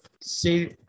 see